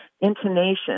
intonation